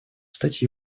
стать